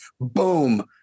Boom